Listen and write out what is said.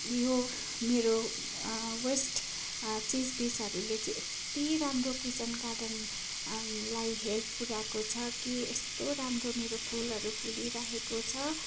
यो मेरो वेस्ट चिजबिजहरूले चाहिँ यत्ति राम्रो किचन गार्डन लाई हेल्प पुर्याएको छ कि यस्तो राम्रो मेरो फुलहरू फुलिरहेको छ